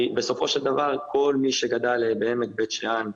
בסופו של דבר כל מי שגדל בעמק בית שאן,